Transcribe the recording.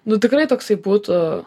nu tikrai toksai būtų